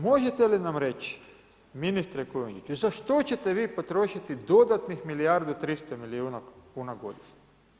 Možete li nam reći, ministre Kujundžić, za što ćete vi potrošiti dodatnih milijardu 300 milijuna kn godišnje?